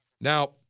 Now